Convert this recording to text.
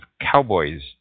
Cowboys